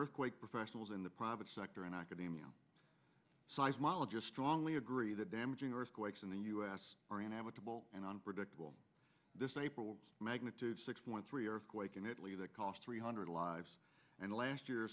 earthquake professionals in the private sector and academia seismologist strongly agree that damaging earthquakes in the u s are inevitable and unpredictable this april a magnitude six point three earthquake in italy that cost three hundred lives and last year